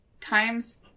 times